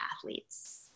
athletes